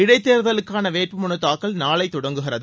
இடைத்தேர்தலுக்கான வேட்புமனு தாக்கல் நாளை தொடங்குகிறது